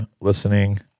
listening